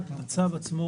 אדוני היושב-ראש,